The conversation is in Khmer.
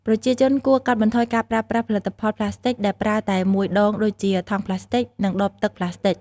ប្រជាជនគួរកាត់បន្ថយការប្រើប្រាស់ផលិតផលប្លាស្ទិកដែលប្រើតែមួយដងដូចជា ថង់ប្លាស្ទិក និងដបទឹកប្លាស្ទិក។